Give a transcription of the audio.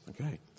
Okay